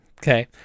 Okay